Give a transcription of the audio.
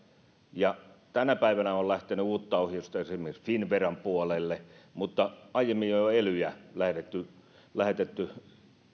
ja tänä päivänä on lähtenyt uutta ohjeistusta esimerkiksi finnveran puolelle mutta aiemmin on jo elyille lähetetty lähetetty